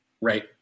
Right